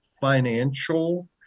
financial